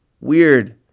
Weird